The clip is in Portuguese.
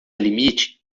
limite